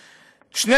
בקישואים,